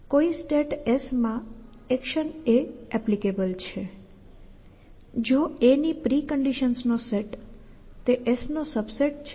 કોઈ state S માં action a APPLICABLE છે જો a ની પ્રિકન્ડિશન્સ નો સેટ તે S નો સબસેટ છે